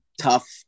tough